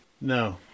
No